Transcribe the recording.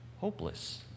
hopeless